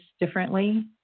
differently